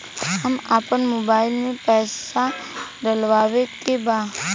हम आपन मोबाइल में पैसा डलवावे के बा?